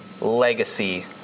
legacy